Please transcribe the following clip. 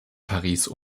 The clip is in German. paris